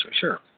sure